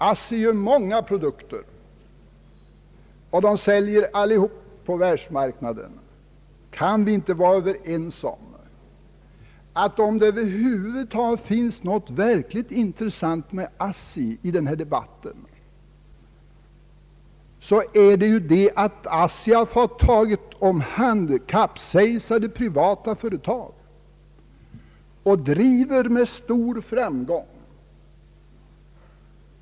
ASSI gör många produkter och säljer alla på världsmarknaden. Kan vi inte vara överens om att om det över huvud taget finns något verkligt intressant med ASSI i denna debatt är det ju det att ASSI har fått ta hand om kapsejsade privata företag och driver dem med stor framgång.